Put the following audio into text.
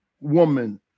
woman